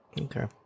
Okay